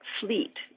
Fleet